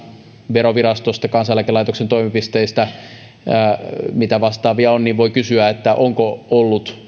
verovirastosta kansaneläkelaitoksen toimipisteistä ja mitä vastaavia on niin voi kysyä onko ollut